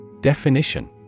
Definition